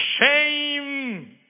shame